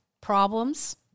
problems